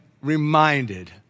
reminded